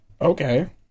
Okay